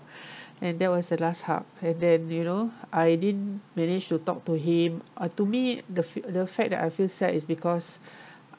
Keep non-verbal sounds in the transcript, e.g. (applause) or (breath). (breath) and that was the last hug and then you know I didn't manage to talk to him uh to me the the fact that I feel sad it's because